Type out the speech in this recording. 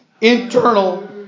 internal